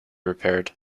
repaired